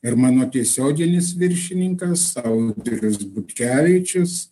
ir mano tiesioginis viršininkas audrius butkevičius